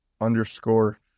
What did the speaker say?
underscore